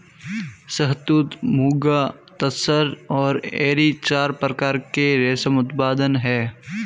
शहतूत, मुगा, तसर और एरी चार प्रकार के रेशम उत्पादन हैं